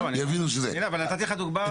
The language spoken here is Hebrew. הנה, אפילו נתתי לך דוגמא.